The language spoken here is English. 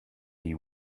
you